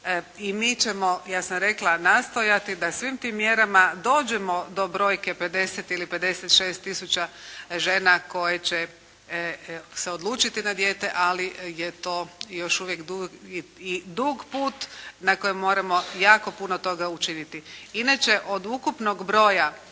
I mi ćemo, ja sam rekla, nastojati da svim tim mjerama dođemo do brojke 50 ili 56 tisuća žena koje će se odlučiti na dijete ali je to još uvijek dug put na kojem moramo jako puno toga učiniti. Inače, od ukupnog broja